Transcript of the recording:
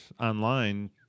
online